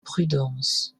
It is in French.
prudence